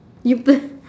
you per~